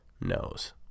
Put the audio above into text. knows